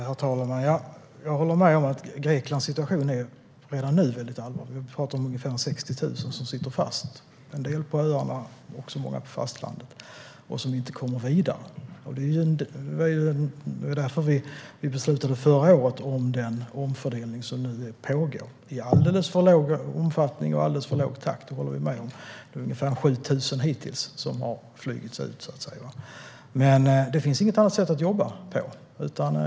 Herr talman! Jag håller med om att Greklands situation redan nu är allvarlig. Ungefär 60 000 sitter fast, en del på öarna och många på fastlandet, och kommer inte vidare. Det var därför vi beslutade förra året om den omfördelning som nu pågår men i alldeles för låg omfattning och alldeles för låg takt. Det håller jag med om. Ungefär 7 000 har hittills flugits ut. Men det finns inget annat sätt att jobba på.